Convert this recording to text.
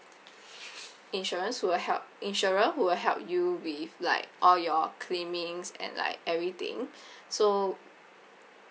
insurance will help insurer who will help you with like all your claimings and like everything so